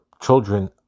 children